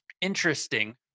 interesting